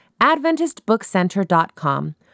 AdventistBookCenter.com